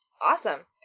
Awesome